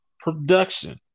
production